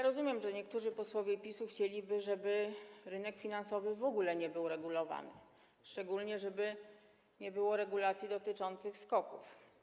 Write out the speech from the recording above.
Rozumiem, że niektórzy posłowie PiS-u chcieliby, żeby rynek finansowy w ogóle nie był regulowany, szczególnie żeby nie było regulacji dotyczących SKOK-ów.